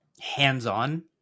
hands-on